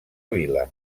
vila